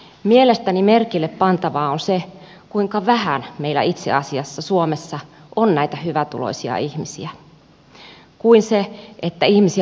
mielestäni merkille pantavaa on se kuinka vähän meillä itse asiassa suomessa on näitä hyvätuloisia ihmisiä